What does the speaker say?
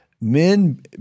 men